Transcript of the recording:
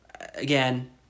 Again